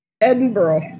Edinburgh